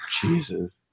Jesus